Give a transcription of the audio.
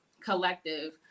collective